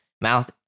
mouth